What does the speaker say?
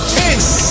tense